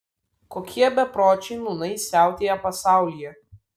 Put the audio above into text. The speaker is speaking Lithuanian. kokie bepročiai nūnai siautėja pasaulyje